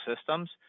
systems